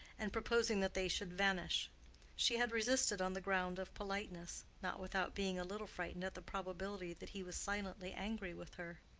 and proposing that they should vanish she had resisted on the ground of politeness not without being a little frightened at the probability that he was silently angry with her.